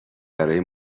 برای